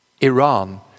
Iran